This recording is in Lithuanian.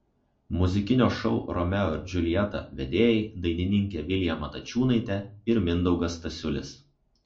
muzikinio šou romeo ir džiuljeta vedėjai dainininkė vilija matačiūnaitė ir mindaugas stasiulis